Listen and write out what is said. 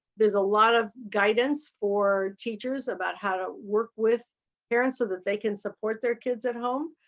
there's a lot of guidance for teachers about how to work with parents so that they can support their kids at home.